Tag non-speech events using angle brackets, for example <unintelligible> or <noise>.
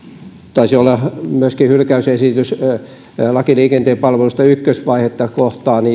taisi olla hylkäysesitys myöskin lain liikenteen palveluista ykkösvaihetta kohtaan <unintelligible>